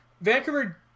Vancouver